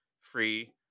free